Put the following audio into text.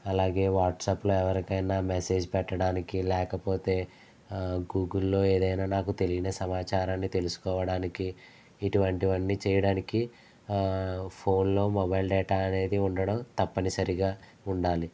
అలాగే వాట్సప్లో ఎవరికైనా మెసేజ్ పెట్టడానికి లేకపోతే గూగుల్లో ఏదైనా నాకు తెలియని సమాచారాన్ని తెలుసుకోవడానికి ఇటువంటివి అన్నీ చేయడానికి ఫోన్లో మొబైల్ డేటా అనేది ఉండడం తప్పని సరిగా ఉండాలి